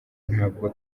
ntabwo